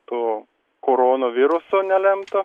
to koronaviruso nelemto